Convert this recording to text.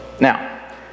Now